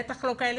בטח לא כאלה